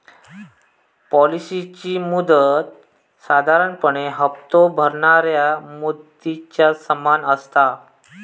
पॉलिसीची मुदत साधारणपणे हप्तो भरणाऱ्या मुदतीच्या समान असता